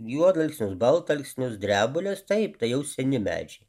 juodalksnius baltalksnius drebules taip tai jau seni medžiai